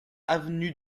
avenue